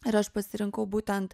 ir aš pasirinkau būtent